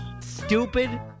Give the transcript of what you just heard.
Stupid